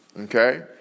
Okay